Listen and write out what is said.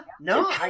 no